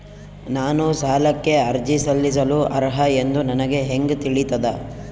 ನಾನು ಸಾಲಕ್ಕೆ ಅರ್ಜಿ ಸಲ್ಲಿಸಲು ಅರ್ಹ ಎಂದು ನನಗೆ ಹೆಂಗ್ ತಿಳಿತದ?